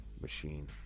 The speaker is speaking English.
machine